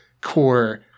core